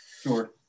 Sure